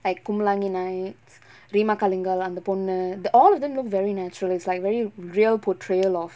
like kumbulangi nice remakalinga lah அந்த பொண்ணு:antha ponnu all of them look very natural is like very real portrayal of